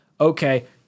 Okay